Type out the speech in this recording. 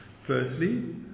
Firstly